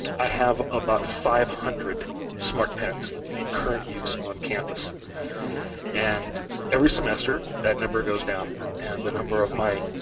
i have about five hundred smartpens in current use on campus and every semester, that number goes down and the number of my